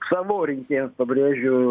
savo rinkėjams pabrėžiu